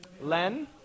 Len